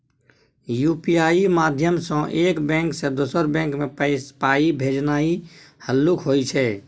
UPI माध्यमसँ एक bank सँ दोसर बैंक मे पाइ भेजनाइ हल्लुक होइ छै